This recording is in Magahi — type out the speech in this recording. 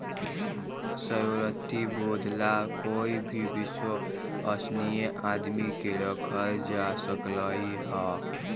श्योरटी बोंड ला कोई भी विश्वस्नीय आदमी के रखल जा सकलई ह